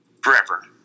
forever